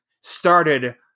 started